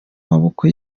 maboko